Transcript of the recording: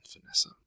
Vanessa